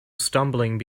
stumbling